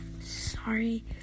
sorry